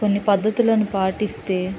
కొన్ని పద్ధతులను పాటిస్తే